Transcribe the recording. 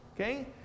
Okay